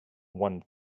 one